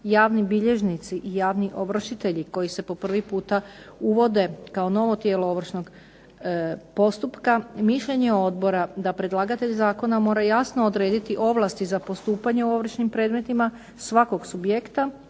javni bilježnici i javni ovršitelji koji se po prvi puta uvode kao novo tijelo ovršnog postupka, mišljenje je odbora da predlagatelj zakona mora jasno odrediti ovlasti za postupanje u ovršnim predmetima svakog subjekta